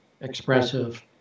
expressive